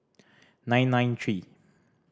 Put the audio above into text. nine nine three